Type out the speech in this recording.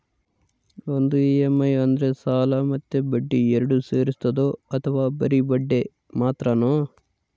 ಒಂದು ಇ.ಎಮ್.ಐ ಅಂದ್ರೆ ಅಸಲು ಮತ್ತೆ ಬಡ್ಡಿ ಎರಡು ಸೇರಿರ್ತದೋ ಅಥವಾ ಬರಿ ಬಡ್ಡಿ ಮಾತ್ರನೋ?